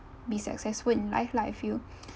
be successful in life lah I feel